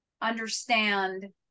understand